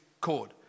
cord